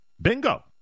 Bingo